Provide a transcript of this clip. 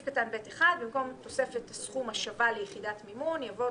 הוא וידא את זה, ואין.